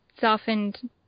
softened